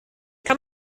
kann